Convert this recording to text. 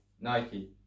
Nike